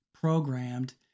programmed